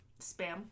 Spam